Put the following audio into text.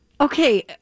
Okay